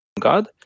god